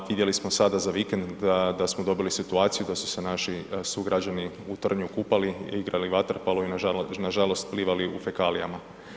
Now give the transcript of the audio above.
Vidjeli smo sada za vikend da smo dobili situaciju da su se naši sugrađani u Trnju kupali, igrali vaterpolo i na žalost plivali u fekalijama.